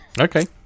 okay